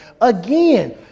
Again